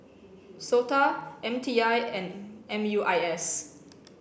SOTA M T I and M U I S